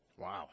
Wow